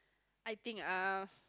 I think uh